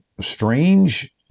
strange